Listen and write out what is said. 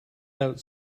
out